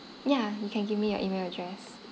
ya you can give me your email address